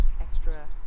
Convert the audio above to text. extra